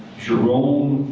jerome,